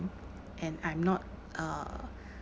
and I'm not a